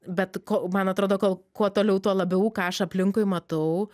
bet ko man atrodo kol kuo toliau tuo labiau ką aš aplinkui matau